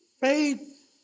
Faith